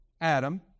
Adam